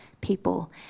people